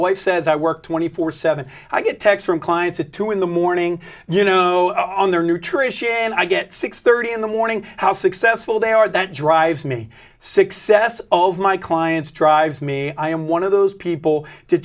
wife says i work twenty four seventh's i get text from clients at two in the morning you know on their nutrition and i get six thirty in the morning how successful they are that drives me success of my clients drives me i am one of those people to